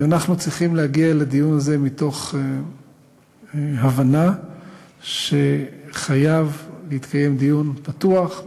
אנחנו צריכים להגיע לדיון הזה מתוך הבנה שחייב להתקיים דיון פתוח,